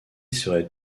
serait